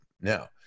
now